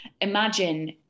Imagine